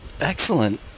excellent